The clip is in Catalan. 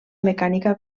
mecànica